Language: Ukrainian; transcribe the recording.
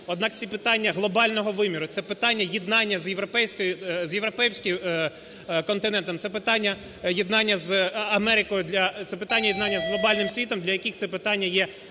Однак це питання глобального виміру. Це питання єднання з європейським континентом. Це питання єднання з Америкою. Це питання єднання з глобальним світом, для яких це питання є конче